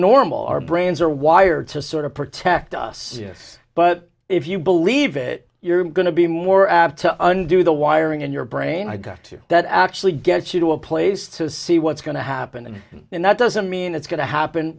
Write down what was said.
normal our brains are wired to sort of protect us but if you believe it you're going to be more apt to undo the wiring in your brain i've got to that actually get you to a place to see what's going to happen and that doesn't mean it's going to happen